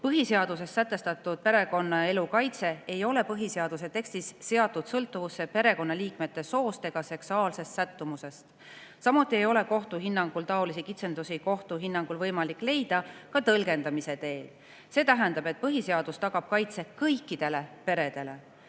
kaitset riigi sekkumise eest ei ole põhiseaduse tekstis seatud sõltuvusse perekonnaliikmete soost ega seksuaalsest sättumusest." Samuti ei ole kohtu hinnangul taolisi kitsendusi [põhiseadusest] võimalik leida tõlgendamise teel. See tähendab, et põhiseadus tagab kaitse kõikidele peredele,